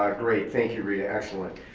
ah great, thank you, rita, excellent.